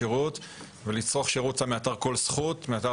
היכולת של הממשלה לתת שירות טוב ומותאם למאה